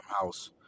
house